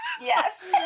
Yes